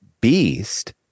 beast